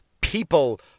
people